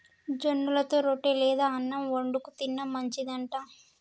జొన్నలతో రొట్టె లేదా అన్నం వండుకు తిన్న మంచిది అంట